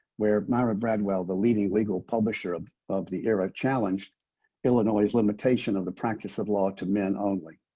where myra bradwell, the leading legal publisher of of the era, challenged illinois' limitation of the practice of law to men um like